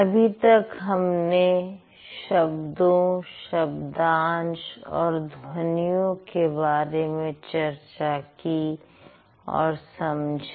अभी तक हमने शब्दों शब्दांशों और ध्वनियों के बारे में चर्चा की और समझा